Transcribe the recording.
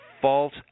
False